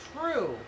true